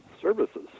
services